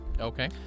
Okay